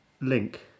link